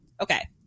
Okay